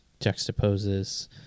juxtaposes